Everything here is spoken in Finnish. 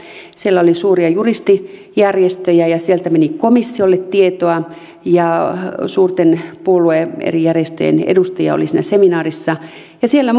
siellä oli suuria juristijärjestöjä ja sieltä meni komissiolle tietoa ja suurten puolueiden eri järjestöjen edustajia oli siinä seminaarissa ja siellä